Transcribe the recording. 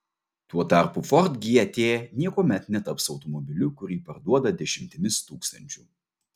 tuo tarpu ford gt niekuomet netaps automobiliu kurį parduoda dešimtimis tūkstančių